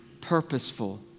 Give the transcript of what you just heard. purposeful